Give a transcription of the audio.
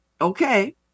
okay